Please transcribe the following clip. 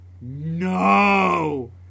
no